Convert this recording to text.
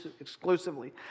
exclusively